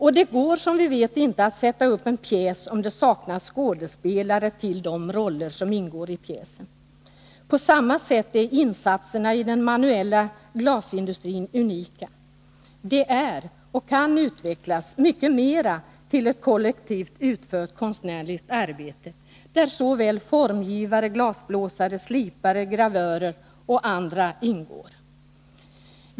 Och som vi vet går det inte att sätta upp en pjäs, om det saknas skådespelare till de roller som ingår i pjäsen. På samma sätt är insatserna i den manuella glasindustrin unika. De är — och kan utvecklas mycket mera i den riktningen — ett kollektivt utfört konstnärligt arbete, där formgivare, glasblåsare, slipare, gravörer och andra ingår.